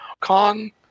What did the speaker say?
Kong